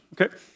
okay